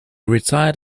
retired